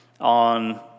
on